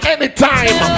Anytime